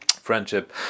friendship